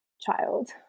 child